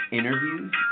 interviews